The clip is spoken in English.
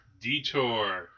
Detour